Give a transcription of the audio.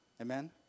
Amen